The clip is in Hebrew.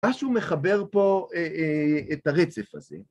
משהוא מחבר פה את הרצף הזה.